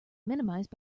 minimized